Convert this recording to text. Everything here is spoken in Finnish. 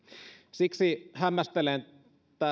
siksi hämmästelen